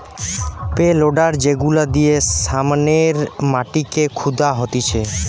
pay loader যেগুলা দিয়ে সামনের মাটিকে খুদা হতিছে